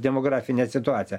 demografinę situaciją